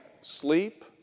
sleep